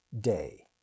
Day